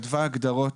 כתבה הגדרות,